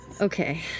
Okay